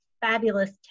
fabulous